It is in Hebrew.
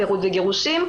פירוד וגירושין,